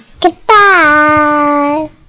Goodbye